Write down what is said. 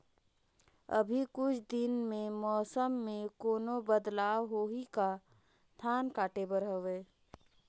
अभी कुछ दिन मे मौसम मे कोनो बदलाव होही का? धान काटे बर हवय?